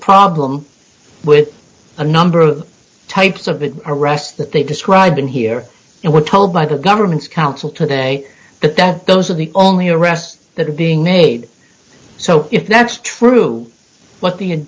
problem with a number of types of an arrest that they describe in here and we're told by the government's counsel today that that those are the only arrests that are being made so if next true what the